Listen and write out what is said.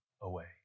away